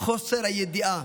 חוסר הידיעה,